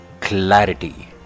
clarity